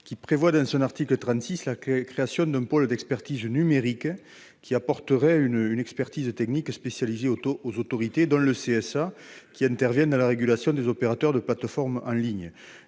qui prévoit, dans son article 36, la création d'un « pôle d'expertise numérique », lequel apporterait une expertise technique spécialisée aux autorités intervenant dans la régulation des opérateurs de plateforme en ligne,